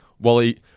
Wally